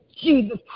Jesus